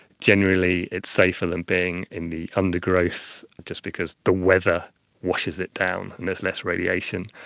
generally it's safer than being in the undergrowth, just because the weather washes it down and there is less radiation.